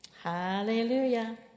Hallelujah